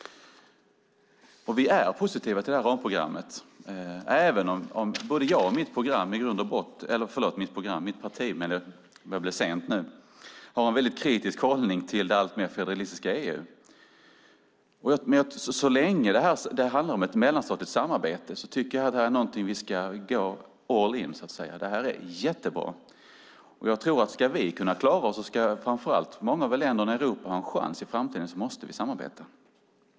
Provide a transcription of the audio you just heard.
Vi är positiva till det här ramprogrammet, även om både jag och mitt parti i grund och botten har en väldigt kritisk hållning till det alltmer federalistiska EU. Så länge det handlar om ett mellanstatligt samarbete tycker jag att vi ska gå all-in här. Det här är jättebra. Ska vi kunna klara oss och ska många av länderna i Europa ha en chans i framtiden måste vi samarbeta.